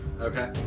Okay